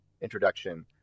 introduction